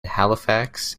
halifax